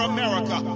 America